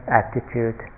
attitude